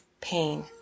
pain